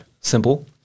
simple